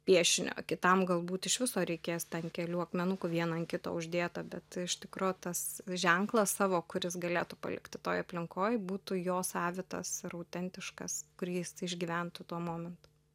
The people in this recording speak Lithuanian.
piešinio kitam galbūt iš viso reikės ten kelių akmenukų vieną ant kito uždėtą bet iš tikro tas ženklą savo kur jis galėtų palikti toj aplinkoj būtų jo savitas ir autentiškas kurį jis išgyventų tuo momentu